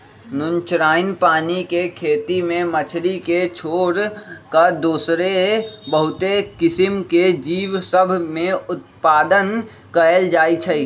नुनछ्राइन पानी के खेती में मछरी के छोर कऽ दोसरो बहुते किसिम के जीव सभ में उत्पादन कएल जाइ छइ